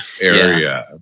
area